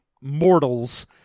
mortals